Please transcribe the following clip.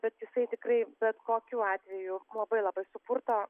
bet jisai tikrai bet kokiu atveju labai labai supurto